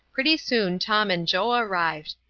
pretty soon tom and joe arrived,